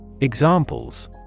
Examples